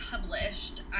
published